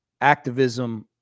activism